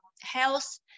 health